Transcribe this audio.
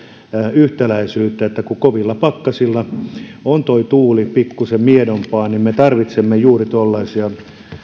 yhtäläisyyttä että kun kovilla pakkasilla on tuo tuuli pikkuisen miedompaa niin me tarvitsemme juuri tuollaisia